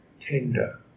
tender